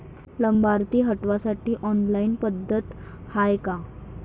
लाभार्थी हटवासाठी ऑनलाईन पद्धत हाय का?